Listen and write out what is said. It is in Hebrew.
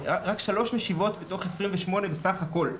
רק שלוש משיבות מתוך 28 בסך הכל.